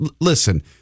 Listen